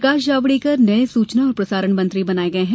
प्रकाश जावड़ेकर नये सूचना और प्रसारण मंत्री बनाये गये है